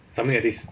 something like this